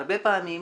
הרבה פעמים,